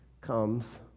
comes